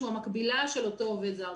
שהוא המקבילה של אותו עובד זר.